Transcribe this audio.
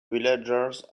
villagers